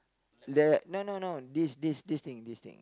the no no this this this thing this thing